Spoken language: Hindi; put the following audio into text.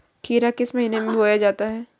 खीरा किस महीने में बोया जाता है?